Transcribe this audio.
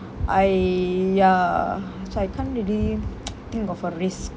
I ya so I can't really think of a risk